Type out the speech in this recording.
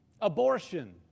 Abortion